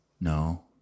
no